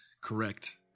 Correct